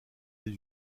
les